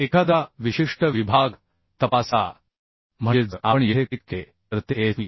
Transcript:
एखादा विशिष्ट विभाग तपासा म्हणजे जर आपण येथे क्लिक केले तर ते SP